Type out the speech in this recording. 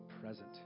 present